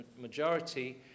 majority